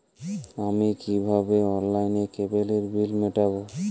আমি কিভাবে অনলাইনে কেবলের বিল মেটাবো?